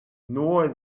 nor